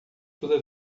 toda